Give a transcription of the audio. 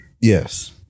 Yes